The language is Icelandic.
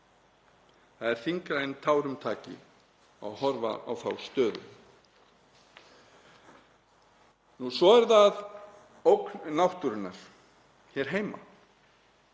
Það er þyngra en tárum taki að horfa á þá stöðu. Svo er það ógn náttúrunnar hér heima